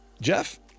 jeff